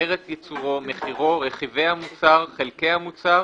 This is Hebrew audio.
ארץ ייצורו, מחירו, רכיבי המוצר, חלקי המוצר